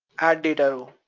add data row,